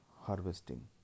harvesting